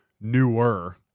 newer